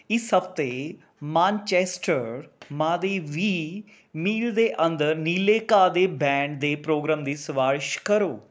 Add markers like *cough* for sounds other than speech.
ਇਸ ਹਫ਼ਤੇ ਮਾਨਚੈਸਟਰ *unintelligible* ਮੀਲ ਦੇ ਅੰਦਰ ਨੀਲੇ ਘਾਹ ਦੇ ਬੈਂਡ ਦੇ ਪ੍ਰੋਗਰਾਮ ਦੀ ਸਿਫ਼ਾਰਿਸ਼ ਕਰੋ